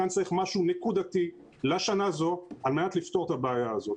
כאן צריך משהו נקודתי לשנה הזאת על מנת לפתור את הבעיה הזאת.